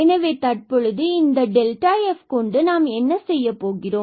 எனவே தற்பொழுது இந்த டெல்டாf கொண்டு நாம் என்ன செய்யப் போகிறோம்